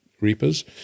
Reapers